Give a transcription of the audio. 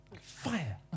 Fire